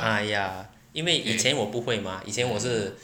ah ya 因为以前我不会吗以前我是